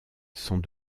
sont